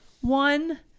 one